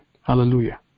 Hallelujah